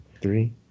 three